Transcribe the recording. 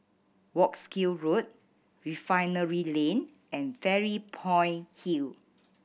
Wolskel Road Refinery Lane and Fairy Point Hill